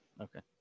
Okay